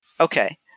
Okay